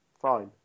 fine